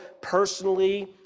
personally